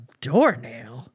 doornail